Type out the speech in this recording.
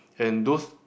and those